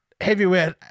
heavyweight